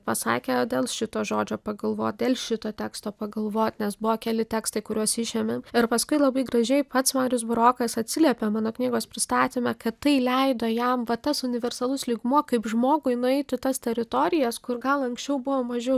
pasakė dėl šito žodžio pagalvot dėl šito teksto pagalvot nes buvo keli tekstai kuriuos išėmėm ir paskui labai gražiai pats marius burokas atsiliepia mano knygos pristatyme kad tai leido jam va tas universalus lygmuo kaip žmogui nueit į tas teritorijas kur gal anksčiau buvo mažiau